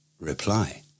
Reply